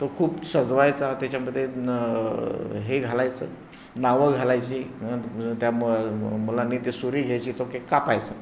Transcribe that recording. तो खूप सजवायचा त्याच्यामध्ये हे घालायचं नावं घालायची त्या मुलाने ते सुरी घ्यायची तो केक कापायचा